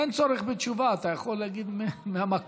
אין צורך בתשובה, אתה יכול להגיד מהמקום.